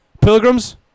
Pilgrims